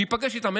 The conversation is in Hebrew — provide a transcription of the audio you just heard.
שייפגש איתם,